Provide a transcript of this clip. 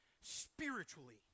spiritually